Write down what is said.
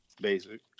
basic